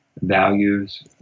values